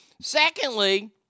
Secondly